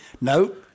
No